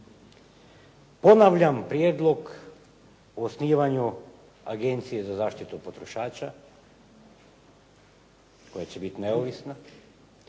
Ponavljam prijedlog o osnivanju Agencije za zaštitu potrošača koja će biti neovisna,